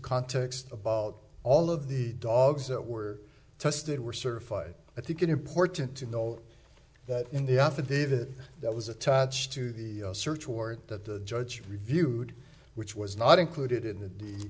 context about all of the dogs that were tested were certified i think it important to know that in the affidavit that was attached to the search warrant that the judge reviewed which was not included in the